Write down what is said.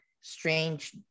strange